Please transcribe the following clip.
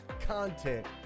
content